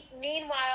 Meanwhile